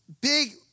big